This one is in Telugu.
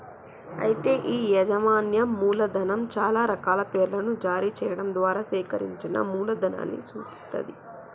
అయితే ఈ యాజమాన్యం మూలధనం చాలా రకాల పేర్లను జారీ చేయడం ద్వారా సేకరించిన మూలధనాన్ని సూచిత్తది